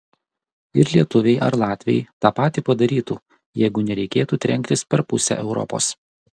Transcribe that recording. ir lietuviai ar latviai tą patį padarytų jeigu nereikėtų trenktis per pusę europos